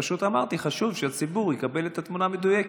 פשוט אמרתי שחשוב שהציבור יקבל את התמונה המדויקת,